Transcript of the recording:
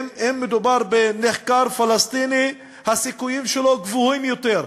אם מדובר בנחקר פלסטיני הסיכויים שלו גבוהים יותר,